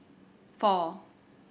four